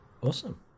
Awesome